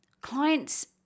Clients